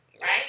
right